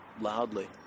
loudly